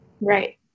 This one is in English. Right